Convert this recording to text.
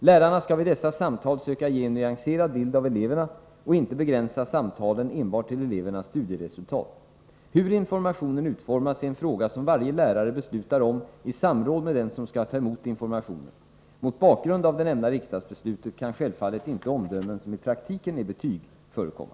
Lärarna skall vid dessa samtal söka ge en nyanserad bild av eleverna och inte begränsa samtalen enbart till elevernas studieresultat. Hur informationen utformas är en fråga som varje lärare beslutar om i samråd med den som skall ta emot informationen. Mot bakgrund av det nämnda riksdagsbeslutet kan självfallet inte omdömen, som i praktiken är betyg, förekomma.